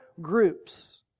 groups